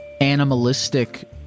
animalistic